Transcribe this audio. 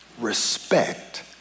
respect